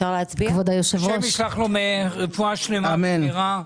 השם ישלח לו רפואה שלמה במהרה.